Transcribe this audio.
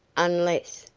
unless,